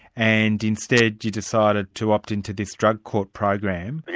and instead you decided to opt into this drug court program. yeah